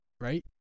right